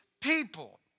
people